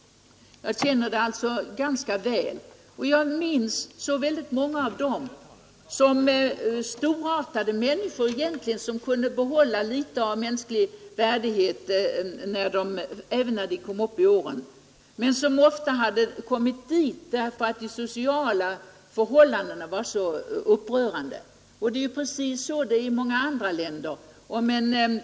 Jag känner alltså till det här området ganska väl. Jag minns också många av dessa personer — egentligen storartade människor, som kunnat behålla litet av mänsklig värdighet även när de kom upp i åren; de hade ofta hamnat i den här situationen därför att de sociala förhållandena var upprörande dåliga. Precis så är det i dag i många andra länder.